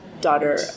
daughter